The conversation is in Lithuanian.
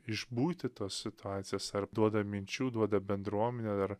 išbūti tos situacijas ar duoda minčių duoda bendruomenę ar